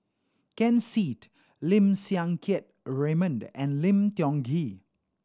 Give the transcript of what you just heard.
Ken Seet Lim Siang Keat Raymond and Lim Tiong Ghee